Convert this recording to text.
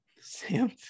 Sam